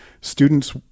students